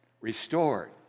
restored